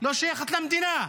לא שייכת למדינה,